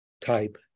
type